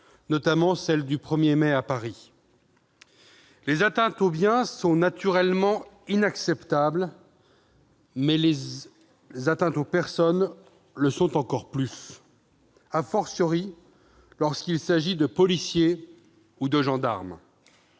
notamment celle du 1mai à Paris. Les atteintes aux biens sont naturellement inacceptables, mais les atteintes aux personnes le sont encore plus, lorsqu'il s'agit de policiers ou de gendarmes.